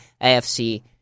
AFC